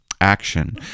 action